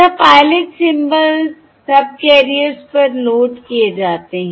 जहां pilot symbols subcarriers पर load किए जाते हैं